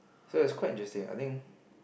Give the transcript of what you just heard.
so it's quite interesting I think